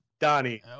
Donnie